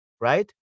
Right